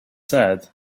sad